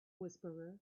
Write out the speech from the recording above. whisperer